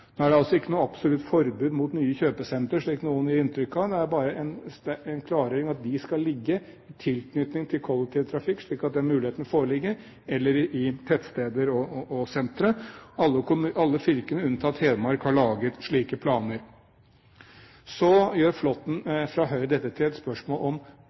Nå er det ikke noe absolutt forbud mot nye kjøpesentre, slik noen gir inntrykk av. Det er bare den klargjøring at de skal ligge i tilknytning til kollektivtrafikk, slik at den muligheten foreligger i tettsteder og sentre. Alle fylkene unntatt Hedmark har laget slike planer. Så gjør Flåtten fra Høyre dette til et spørsmål om